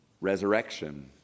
resurrection